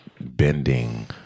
bending